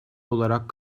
olarak